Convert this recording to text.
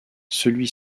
celui